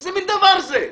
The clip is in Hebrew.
איזה מין דבר זה?